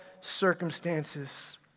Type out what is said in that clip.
circumstances